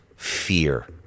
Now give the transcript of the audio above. Fear